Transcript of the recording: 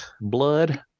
blood